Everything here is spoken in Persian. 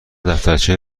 دفترچه